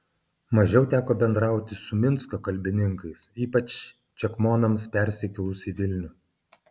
mažiau teko bendrauti su minsko kalbininkais ypač čekmonams persikėlus į vilnių